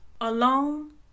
alone